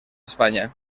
españa